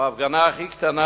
או ההפגנה הכי קטנה,